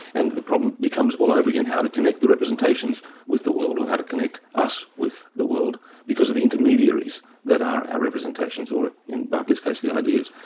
and the problem becomes all over again how to connect the representations with the world, or how to connect us with the world, because of the intermediaries that are our representations, or, in berkeley's case, the ideas.